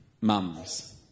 Mums